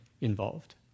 involved